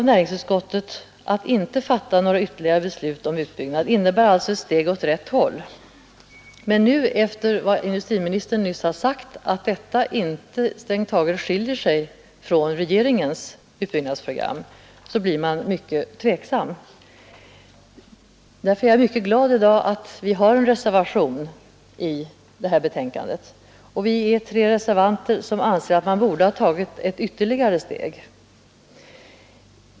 Näringsutskottets förslag att inte fatta några ytterligare beslut om utbyggnad innebär alltså ett steg åt rätt håll. Men efter industriministerns uttalande nyss, att detta strängt taget inte skiljer sig från regeringens utbyggnadsprogram, blir man mycket tveksam. Därför är jag glad över att vi i dag har en reservation vid det här betänkandet. Vi är tre reservanter som anser att man borde ha tagit ytterligare ett steg.